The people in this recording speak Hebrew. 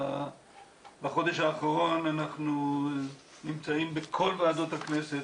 בחודש האחרון אנחנו נמצאים בכל ועדות הכנסת,